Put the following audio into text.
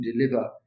deliver